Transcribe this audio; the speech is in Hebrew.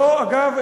אגב,